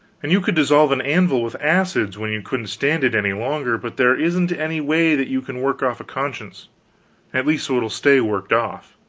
and you could dissolve an anvil with acids, when you couldn't stand it any longer but there isn't any way that you can work off a conscience at least so it will stay worked off